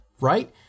right